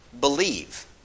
believe